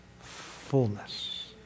fullness